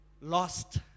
lost